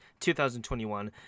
2021